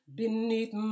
beneath